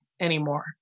anymore